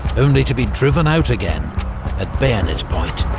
only to be driven out again at bayonet point.